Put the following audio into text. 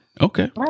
Okay